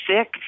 sick